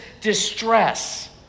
distress